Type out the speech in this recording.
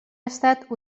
estat